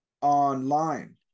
online